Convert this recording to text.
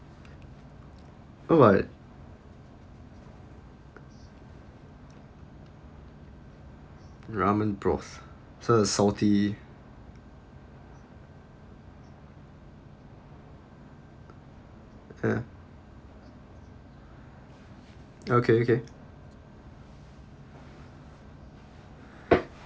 oh what ramen broth is that salty ya okay okay